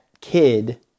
kid